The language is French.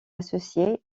associé